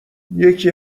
یکی